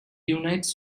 unites